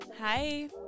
Hi